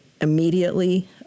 immediately